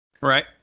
Right